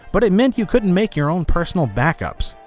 but it meant you couldn't make your own personal backups.